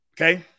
Okay